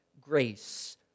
grace